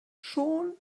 schon